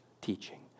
teaching